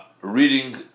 reading